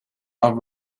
are